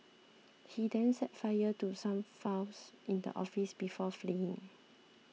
he then set fire to some files in the office before fleeing